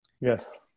Yes